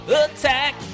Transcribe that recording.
attack